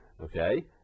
okay